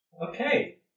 Okay